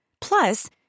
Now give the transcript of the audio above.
Plus